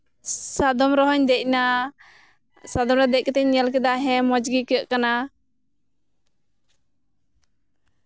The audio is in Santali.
ᱥᱟᱫᱚᱢ ᱨᱮᱦᱚᱧ ᱫᱮᱡᱱᱟ ᱥᱟᱫᱚᱢ ᱨᱮ ᱫᱚᱡᱠᱟᱛᱮᱧ ᱧᱮᱞ ᱠᱮᱫᱟ ᱦᱮᱸ ᱢᱚᱡᱽ ᱜᱮ ᱟᱹᱭᱠᱟᱹᱜ ᱠᱟᱱᱟ